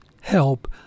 help